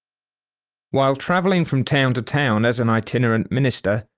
while travelling from town to town as an itinerant minister,